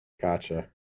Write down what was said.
gotcha